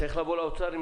צריך לבוא לאוצר.